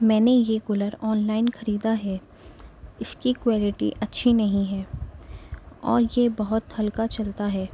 میں نے یہ کولر آن لائن خریدا ہے اس کی کویلٹی اچھی نہیں ہے اور یہ بہت ہلکا چلتا ہے